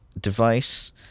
device